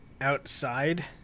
outside